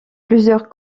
plusieurs